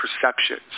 perceptions